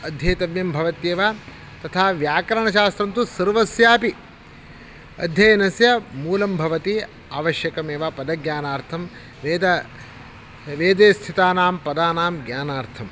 अध्येतव्यं भवत्येव तथा व्याकरणशास्त्रं तु सर्वस्यापि अध्ययनस्य मूलं भवति आवश्यकमेव पदज्ञानार्थं वेद वेदे स्थितानां पदानां ज्ञानार्थं